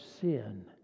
sin